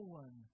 one